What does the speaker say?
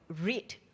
read